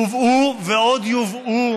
הובאו ועוד יובאו